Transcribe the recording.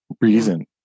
reason